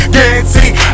Guaranteed